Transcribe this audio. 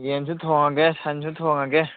ꯌꯦꯟꯁꯨ ꯊꯣꯡꯉꯒꯦ ꯁꯟꯁꯨ ꯊꯣꯡꯉꯒꯦ